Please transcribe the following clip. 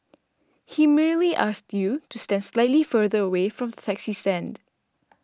he merely asked you to stand slightly further away from the taxi stand